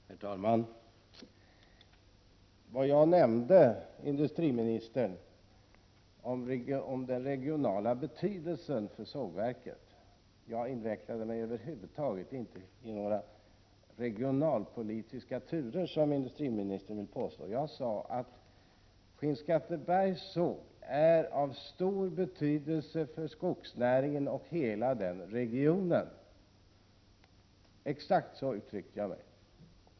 Herr talman! Vad jag nämnde var sågverkets regionala betydelse. Jag invecklade mig över huvud taget inte i några regionalpolitiska turer, som industriministern vill påstå. Jag sade att Skinnskattebergs såg är av stor betydelse för skogsnäringen och för hela regionen. Det var så jag uttryckte mig.